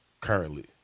Currently